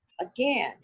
Again